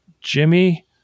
Jimmy